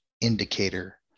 indicator